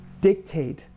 dictate